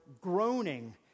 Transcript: groaning